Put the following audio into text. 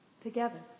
together